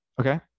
Okay